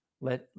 let